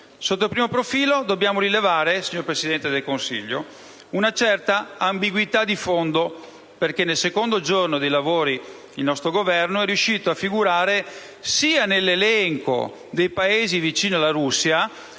Sotto il primo profilo dobbiamo rilevare, signor Presidente del Consiglio, una certa ambiguità di fondo, perché nel secondo giorno di lavori il nostro Governo è riuscito a figurare sia nell'elenco dei Paesi vicini alla Russia,